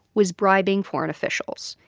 was bribing foreign officials.